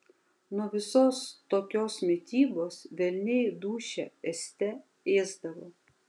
nuo visos tokios mitybos velniai dūšią ėste ėsdavo